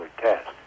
test